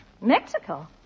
Mexico